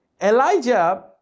Elijah